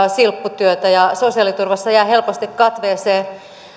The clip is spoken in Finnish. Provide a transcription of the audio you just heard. silpputyötä ja sosiaaliturvassa jää helposti katveeseen